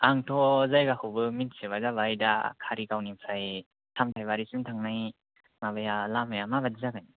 आंथ' जायगाखौबो मिथिजोबा जाबाय दा कारिगावनिफ्राय सामथाइबारिसिम थांनाय माबाया लामाया माबादि जागोन